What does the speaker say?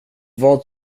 vad